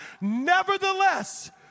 Nevertheless